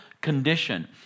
condition